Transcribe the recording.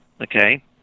okay